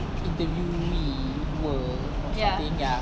interviewee ~wer something ya